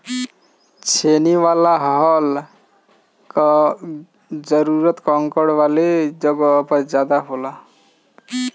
छेनी वाला हल कअ जरूरत कंकड़ वाले जगह पर ज्यादा होला